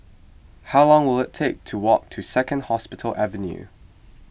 how long will it take to walk to Second Hospital Avenue